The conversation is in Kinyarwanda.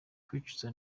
kwicuza